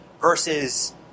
versus